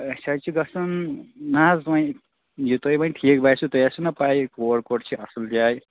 أسۍ حظ چھِ گژھُن نہَ حظ وۅنۍ یہِ تُہۍ وۅنۍ ٹھیٖک باسٮ۪و تۅہہِ آسوٕ نا پےَ کور کور چھِ اَصٕل جاے